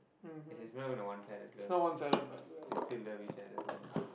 and is not even a one sided love they still love each other so much